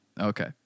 Okay